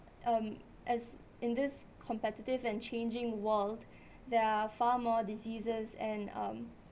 um as in this competitive and changing world there are far more diseases and um